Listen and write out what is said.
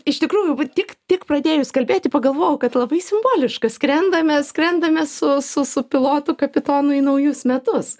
iš tikrųjų va tik tik pradėjus kalbėti pagalvojau kad labai simboliška skrendame skrendame su su su pilotu kapitonu į naujus metus